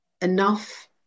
enough